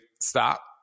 stop